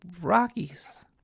Rockies